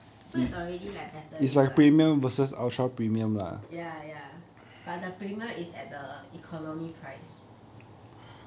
so is already like better already [what] ya ya but the premium is at the economy price